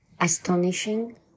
astonishing